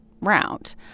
route